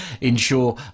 ensure